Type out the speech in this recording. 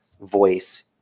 voice